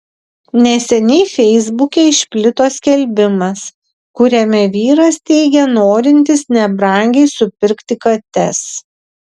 neseniai feisbuke išplito skelbimas kuriame vyras teigia norintis nebrangiai supirkti kates